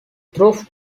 though